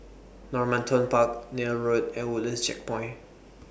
Normanton Park Neil Road and Woodlands Checkpoint